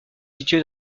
situé